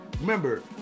remember